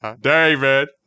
David